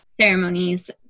ceremonies